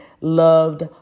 loved